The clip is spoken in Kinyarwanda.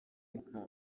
nka